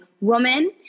woman